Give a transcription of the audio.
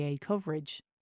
coverage